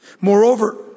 Moreover